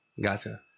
Gotcha